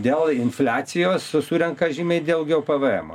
dėl infliacijos surenka žymiai daugiau pvemo